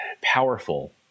powerful